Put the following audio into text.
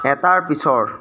এটাৰ পিছৰ